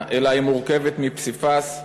אלא היא מורכבת מפסיפס,